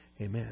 Amen